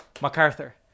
MacArthur